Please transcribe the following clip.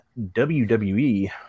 WWE